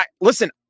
listen